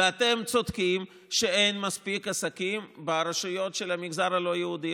ואתם צודקים שאין מספיק עסקים ברשויות של המגזר הלא-יהודי.